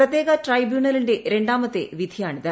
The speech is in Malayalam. പ്രത്യേക ട്രൈബ്യൂണലിന്റെ രണ്ടാമത്തെ വിധിയാണിത്